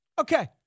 Okay